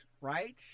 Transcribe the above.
right